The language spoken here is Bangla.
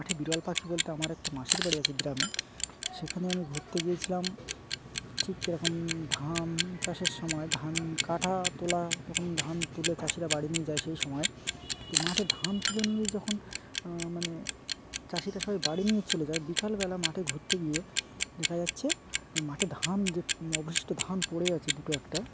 একটা বিরল পাখি বলতে আমার একটা মাসির বাড়ি আছে গ্রামে সেখানে আমি ঘুরতে গিয়েছিলাম ঠিক কীরকম ধান চাষের সময় ধান কাটা তোলা যখন ধান তুলে চাষিরা বাড়ি নিয়ে যায় সেই সময় তো মাঠে ধান তুলে নিয়ে যখন মানে চাষিরা সবাই বাড়ি নিয়ে চলে যায় বিকালবেলা মাঠে ঘুরতে গিয়ে দেখা যাচ্ছে মাঠে ধান যে অবশিষ্ট ধান পড়ে আছে দুটো একটা